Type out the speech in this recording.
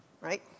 right